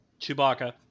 Chewbacca